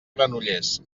granollers